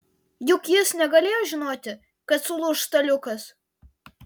juk jis negalėjo žinoti kad sulūš staliukas